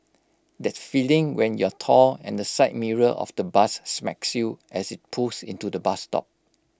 that feeling when you're tall and the side mirror of the bus smacks you as IT pulls into the bus stop